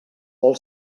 vol